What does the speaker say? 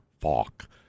Falk